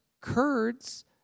Kurds